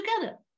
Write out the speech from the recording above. together